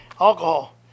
alcohol